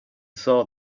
saw